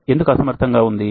ఎందుకు అసమర్థంగా ఉంది